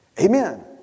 amen